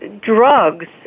Drugs